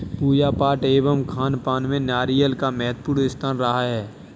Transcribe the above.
पूजा पाठ एवं खानपान में नारियल का महत्वपूर्ण स्थान रहा है